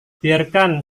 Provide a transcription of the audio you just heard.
biarkan